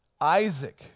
Isaac